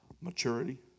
Maturity